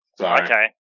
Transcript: Okay